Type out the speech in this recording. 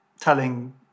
telling